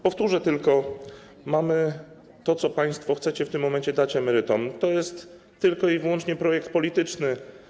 Powtórzę tylko: to, co państwo chcecie w tym momencie dać emerytom, to jest tylko i wyłącznie projekt polityczny.